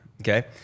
okay